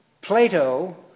Plato